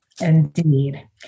Indeed